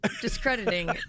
discrediting